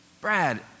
Brad